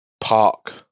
park